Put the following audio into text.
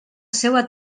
seua